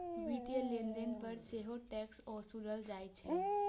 वित्तीय लेनदेन पर सेहो टैक्स ओसूलल जाइ छै